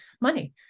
money